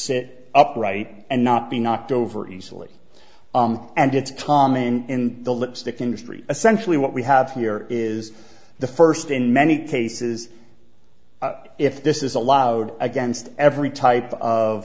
sit upright and not be knocked over easily and it's tom in the lipstick industry essentially what we have here is the first in many cases if this is allowed against every type of